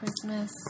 Christmas